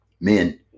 Men